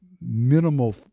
minimal